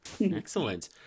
Excellent